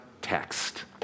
text